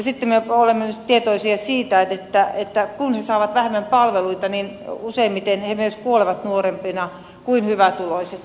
sitten me olemme tietoisia siitä että kun he saavat vähemmän palveluita niin useimmiten he myös kuolevat nuorempina kuin hyvätuloiset